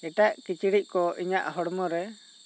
ᱮᱴᱟᱜ ᱠᱤᱪᱲᱤᱡ ᱠᱚ ᱤᱧᱟ ᱜ ᱦᱚᱲᱢᱚ ᱨᱮ